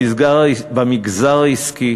במגזר העסקי